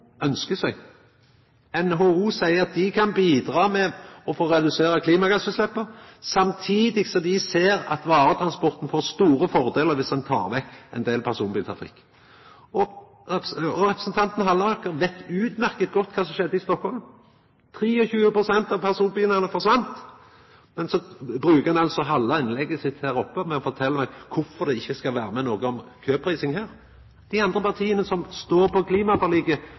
NHO ønskjer seg. NHO seier at dei kan bidra med å få redusert klimagassutsleppa, samtidig som dei ser at varetransporten får store fordelar viss ein tek vekk ein del personbiltrafikk. Representanten Halleraker veit utmerkt godt kva som hende i Stockholm. 23 pst. av personbiltrafikken forsvann. Så bruker han altså halve innlegget sitt til å fortelja kvifor det ikkje skal vera med noko om køprising her. Dei andre partia som står på klimaforliket,